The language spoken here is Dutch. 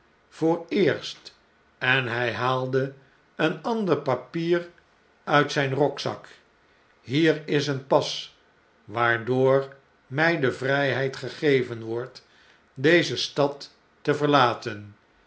en hij haalde een ander papier uit zjjn rokzak hier is een pas waardoor my de vryheid gegeven wordt deze stad te verlaten